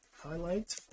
Highlight